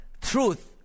truth